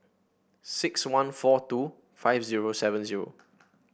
six one four two five zero seven zero